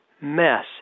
mess